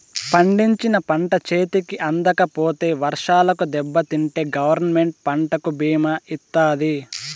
పండించిన పంట చేతికి అందకపోతే వర్షాలకు దెబ్బతింటే గవర్నమెంట్ పంటకు భీమా ఇత్తాది